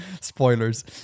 Spoilers